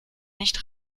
nicht